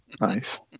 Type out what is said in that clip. Nice